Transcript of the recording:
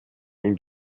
ihm